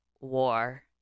war